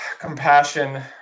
compassion